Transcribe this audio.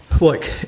look